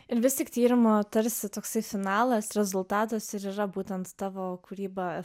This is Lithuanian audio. ir vis tik tyrimo tarsi toksai finalas rezultatas ir yra būtent tavo kūryba